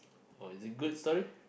oh is it good story